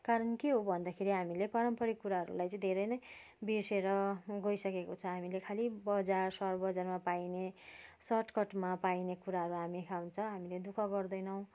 कारण के हो भन्दाखेरि हामीले पारम्परिक कुराहरूलाई चाहिँ धेरै नै बिर्सेर गइसकेको छ हामीले खालि बजार सहर बजारमा पाइने सर्टकटमा पाइने कुराहरू हामी खान्छ हामीले दुःख गर्दैनौँ